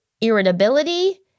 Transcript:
irritability